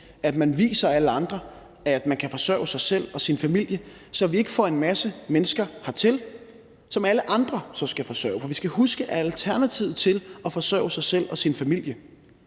at man viser alle andre, at man kan forsørge sig selv og sin familie, så vi ikke får en masse mennesker hertil, som alle andre så skal forsørge. For vi skal huske, at alternativet til at forsørge sig selv og sin familie